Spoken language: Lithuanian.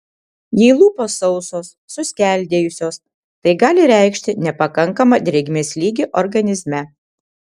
jei lūpos sausos suskeldėjusios tai gali reikšti nepakankamą drėgmės lygį organizme